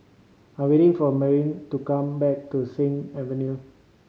I'm waiting for Mirtie to come back to Sing Avenue